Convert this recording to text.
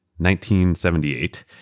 1978